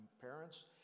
parents